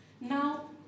Now